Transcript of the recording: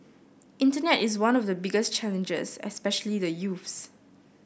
internet is one of the biggest challenges especially the youths